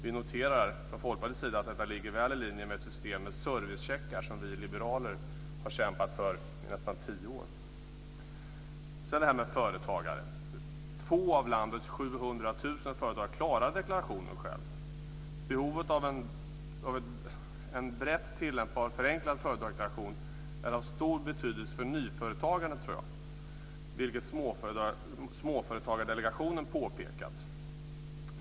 Vi noterar från Folkpartiets sida att detta ligger väl i linje med ett system med servicecheckar som vi liberaler har kämpat för i nästan tio år. Få av landets 700 000 företagare klarar deklarationen själva. Jag tror att behovet av en brett tillämpbar förenklad företagardeklaration är av stor betydelse för nyföretagandet, vilket Småföretagsdelegationen har påpekat.